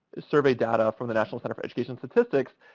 survey data from the national center for education statistics,